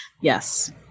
Yes